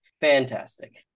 fantastic